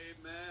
Amen